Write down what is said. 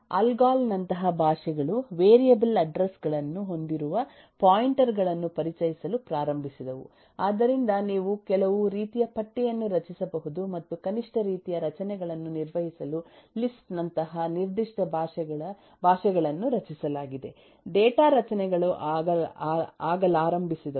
ALGOL ನಂತಹ ಭಾಷೆಗಳು variable address ಗಳನ್ನು ಹೊಂದಿರುವ ಪಾಯಿಂಟರ್ ಗಳನ್ನು ಪರಿಚಯಿಸಲು ಪ್ರಾರಂಭಿಸಿದವು ಆದ್ದರಿಂದ ನೀವು ಕೆಲವು ರೀತಿಯ ಪಟ್ಟಿಯನ್ನು ರಚಿಸಬಹುದು ಮತ್ತು ಕನಿಷ್ಠ ರೀತಿಯ ರಚನೆಗಳನ್ನು ನಿರ್ವಹಿಸಲು ಲಿಸ್ಪ್ ನಂತಹ ನಿರ್ದಿಷ್ಟ ಭಾಷೆಗಳನ್ನು ರಚಿಸಲಾಗಿದೆ ಡೇಟಾ ರಚನೆಗಳು ಆಗಲಾರಂಭಿಸಿದವು